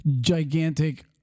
gigantic